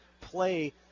play